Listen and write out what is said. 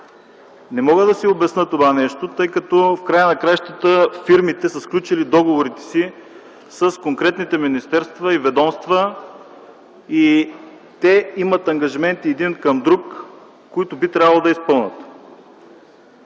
Не мога да си обясня това нещо, тъй като в края на краищата фирмите са сключили договорите си с конкретните министерства и ведомства и те имат ангажименти един към друг, които би трябвало да изпълнят.